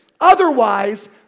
Otherwise